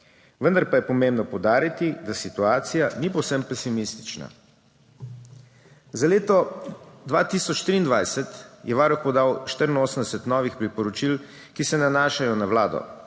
vendar pa je pomembno poudariti, da situacija ni povsem pesimistična. Za leto 2023 je Varuh podal 84 novih priporočil, ki se nanašajo na Vlado.